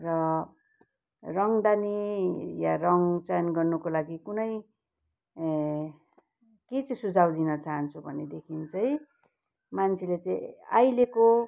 र रङदानी या रङ चयन गर्नुको लागि कुनै के चाहिँ सुझाव दिन चाहन्छु भनेदेखि चाहिँ मान्छेले चाहिँ अहिलेको